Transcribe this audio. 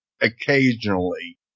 occasionally